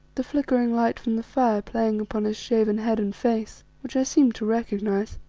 the flickering light from the fire playing upon his shaven head and face, which i seemed to recognize.